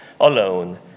alone